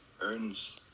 earns